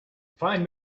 find